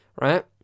right